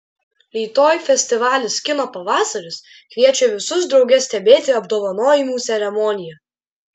rytoj festivalis kino pavasaris kviečia visus drauge stebėti apdovanojimų ceremoniją